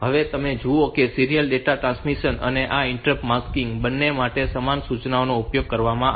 હવે તમે જુઓ કે સીરીયલ ડેટા ટ્રાન્સમિશન અને આ ઇન્ટરપ્ટ માસ્કીંગ બંને માટે સમાન સૂચનાઓનો ઉપયોગ કરવામાં આવે છે